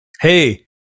hey